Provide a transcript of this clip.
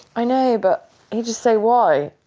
i know, but he'd just say, why?